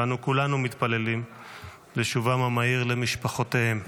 ואני כולנו מתפללים לשובם המהיר למשפחותיהם.